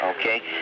Okay